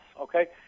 okay